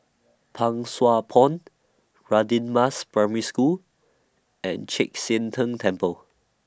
Pang Sua Pond Radin Mas Primary School and Chek Sian Tng Temple